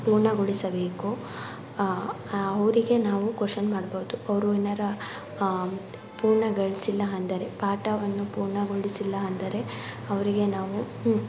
ಪೂರ್ಣಗೊಳಿಸಬೇಕು ಅವರಿಗೆ ನಾವು ಕೊಶನ್ ಮಾಡ್ಬೋದು ಅವರು ಏನಾರ ಪೂರ್ಣಗೊಳಿಸಿಲ್ಲ ಅಂದರೆ ಪಾಠವನ್ನು ಪೂರ್ಣಗೊಳಿಸಿಲ್ಲ ಅಂದರೆ ಅವರಿಗೆ ನಾವು